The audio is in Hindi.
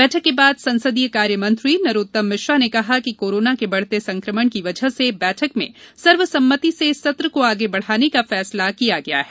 बैठक के बाद संसदीय कार्य मंत्री नरोत्तम मिश्रा ने कहा कि कोरोना के बढ़ते संकमण की वजह से बैठक में सर्व सम्मति से सत्र को आगे बढ़ाने का फैसला किया गया है